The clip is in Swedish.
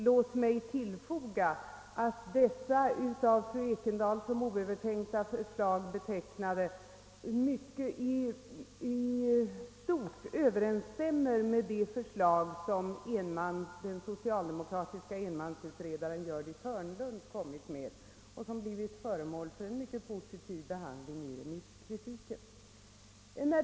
Det av fru Ekendahl som oövertänkt betecknade förslaget överensstämmer i stort med det förslag, som den socialdemokratiska =:enmansutredaren Gördis Hörnlund kommit med och som blivit föremål för mycket positiva omdömen under remissbehandlingen.